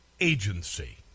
agency